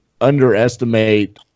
underestimate